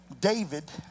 David